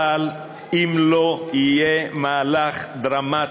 אבל אם לא יהיה מהלך דרמטי,